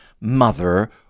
mother